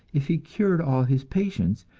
if he cured all his patients,